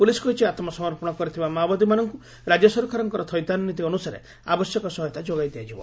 police କହିଛି ଆତ୍କସମର୍ପଣ କରିଥିବା ମାଓବାଦୀମାନଙ୍କୁ ରାଜ୍ୟ ସରକାରଙ୍କ ଥଇଥାନ ନୀତି ଅନୁସାରେ ଆବଶ୍ୟକ ସହାୟତା ଯୋଗାଇ ଦିଆଯିବ